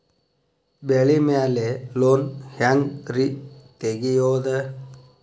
ಬೆಳಿ ಮ್ಯಾಲೆ ಲೋನ್ ಹ್ಯಾಂಗ್ ರಿ ತೆಗಿಯೋದ?